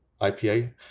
IPA